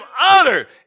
utter